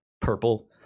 purple